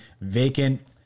vacant